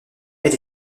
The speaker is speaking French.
elle